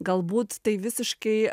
galbūt tai visiškai